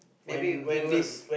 maybe we will